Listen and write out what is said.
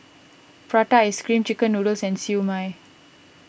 Prata Ice Cream Chicken Noodles and Siew Mai